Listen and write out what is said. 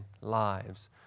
lives